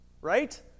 right